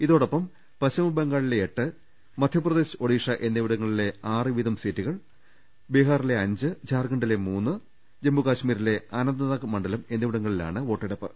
ഇതോടൊപ്പം പശ്ചിമബംഗാളിലെ എട്ട് മധ്യപ്രദേശ് ഒഡീഷ എന്നിവിടങ്ങളിലെ ആറ് വീതം സീറ്റിലും ബീഹാറിലെ അഞ്ച് ജാർഖണ്ഡിലെ മൂന്ന് ജമ്മു കശ്മീരിലെ അനന്ത്നാഗ് മണ്ഡലത്തിലുമാണ് വോട്ടെടുപ്പ്